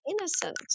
innocent